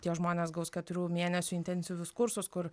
tie žmonės gaus keturių mėnesių intensyvius kursus kur